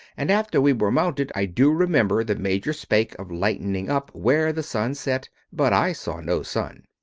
and after we were mounted, i do remember the major spake of lightening up where the sun set but i saw no sun.